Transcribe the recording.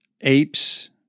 apes